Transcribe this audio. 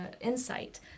insight